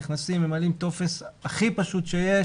נכנסים, ממלאים טופס הכי פשוט שיש